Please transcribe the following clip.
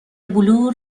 بلور